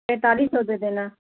पैंतालीस सौ दे देना